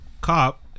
cop